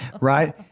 Right